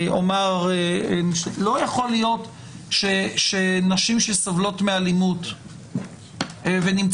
לא יכול להיות שנשים שסובלות מאלימות ונמצאות